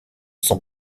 son